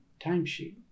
timesheet